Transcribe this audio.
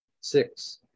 Six